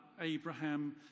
Abraham